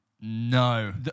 No